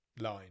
line